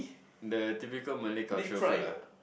the typical Malay cultural food ah